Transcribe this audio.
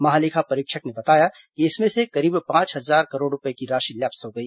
महालेखा परीक्षक ने बताया कि इसमें से करीब पांच हजार करोड़ रूपये की राशि लैप्स हो गई